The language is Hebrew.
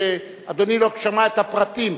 אדוני לא שמע את הפרטים,